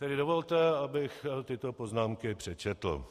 Tedy dovolte, abych tyto poznámky přečetl.